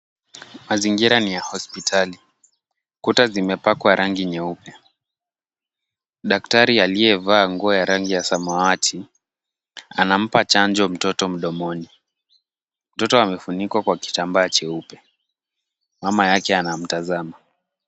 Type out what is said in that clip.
Mazingira ni ya hospitali. Kuta zimepakwa rangi nyeupe. Daktari aliyevaa nguo ya rangi ya samawati anampa chanjo mtoto mdomoni. Mtoto ame funikwa kwa kitambaa cheupe. Mama yake anamtazama.